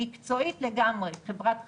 מקצועית לגמרי, חברת חשמל,